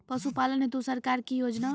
पशुपालन हेतु सरकार की योजना?